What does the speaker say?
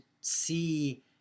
see